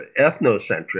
ethnocentric